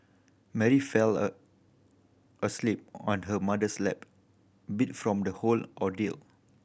Mary fell a asleep on her mother's lap beat from the whole ordeal